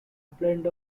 blend